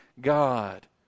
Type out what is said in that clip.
God